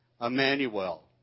Emmanuel